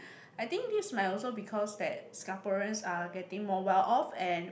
I think this might also because that Singaporeans are getting more well off and